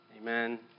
Amen